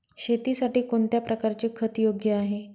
शेतीसाठी कोणत्या प्रकारचे खत योग्य आहे?